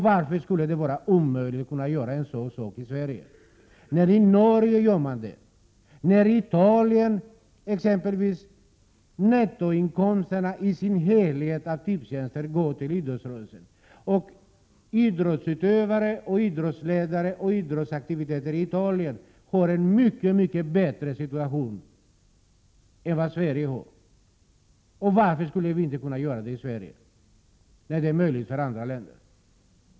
Varför skulle det vara omöjligt att göra en sådan sak i Sverige? I Norge gör man det, och i Italien går nettoinkomsterna av tipset i sin helhet till idrottsrörelsen. Idrottsutövare, idrottsledare och idrottsaktiviteter har i Italien en mycket mycket bättre situation än i Sverige. Varför kan vi inte låta tipsinkomsterna gå tillbaka till idrotten här i Sverige, när det är möjligt i andra länder?